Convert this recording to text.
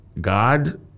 God